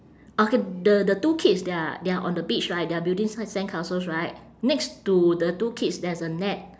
okay the the two kids they are they are on the beach right they are building s~ sandcastles right next to the two kids there's a net